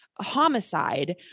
homicide